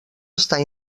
estar